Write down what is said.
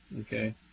okay